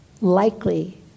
likely